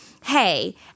hey